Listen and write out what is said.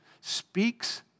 speaks